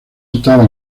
estaba